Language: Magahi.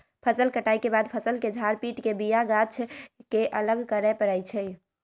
फसल कटाइ के बाद फ़सल के झार पिट के बिया गाछ के अलग करे परै छइ